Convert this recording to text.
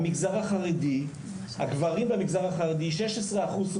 בקרב הגברים במגזר החרדי ישנם 16% חולי